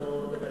אנחנו נראה.